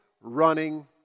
running